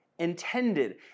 Intended